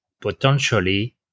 potentially